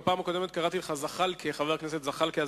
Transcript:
בפעם הקודמת קראתי לך חבר הכנסת זחאלקה,